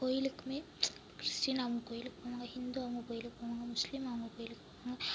கோவிலுக்கும் கிறிஸ்ட்டின் அவங்க கோவிலுக்கு போவாங்க ஹிந்து அவங்க கோவிலுக்கு போவாங்க முஸ்லீம் அவங்க கோவிலுக்கு போவாங்க